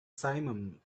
simum